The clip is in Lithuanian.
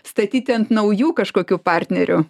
statyti ant naujų kažkokių partnerių